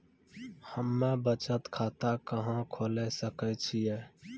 हम्मे बचत खाता कहां खोले सकै छियै?